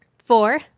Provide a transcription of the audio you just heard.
Four